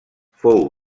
fou